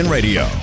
Radio